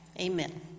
amen